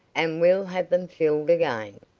and we'll have them filled again.